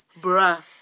Bruh